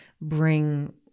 bring